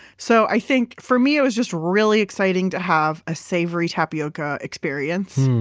so i think for me, it was just really exciting to have a savory tapioca experience,